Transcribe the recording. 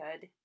good